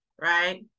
right